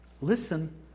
listen